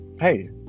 hey